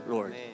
Lord